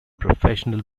professional